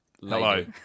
hello